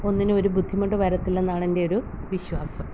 ഒന്നിനും ഒരു ബുദ്ധിമുട്ട് വരത്തില്ലെന്നാണ് എൻ്റെയൊരു വിശ്വാസം